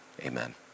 Amen